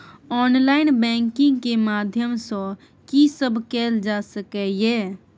Online banking के माध्यम सं की सब कैल जा सके ये?